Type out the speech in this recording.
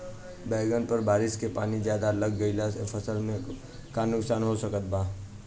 बैंगन पर बारिश के पानी ज्यादा लग गईला से फसल में का नुकसान हो सकत बा?